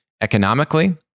economically